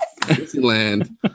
Disneyland